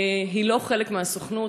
היא לא חלק מהסוכנות,